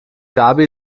gaby